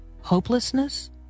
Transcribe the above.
hopelessness